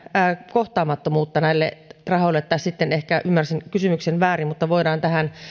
kohtaamattomuutta näille rahoille tai sitten ehkä ymmärsin kysymyksen väärin mutta voidaan tähän